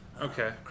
Okay